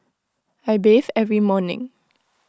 I bathe every morning